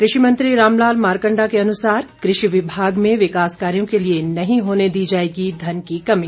कृषि मंत्री रामलाल मारकंडा के अनुसार कृषि विभाग में विकास कार्यों के लिए नहीं होने दी जाएगी धन की कमी